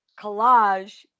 collage